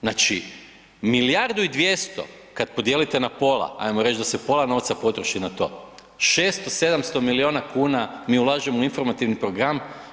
Znači milijardu i 200 kada podijelite na pola, ajmo reći da se pola novca potroši na to, 600, 700 milijuna kuna mi ulažemo u informativni program.